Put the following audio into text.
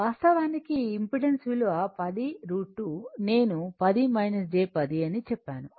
వాస్తవానికి ఇంపెడెన్స్ విలువ 10 √ 2 నేను 10 j 10 అని చెప్పాను